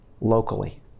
locally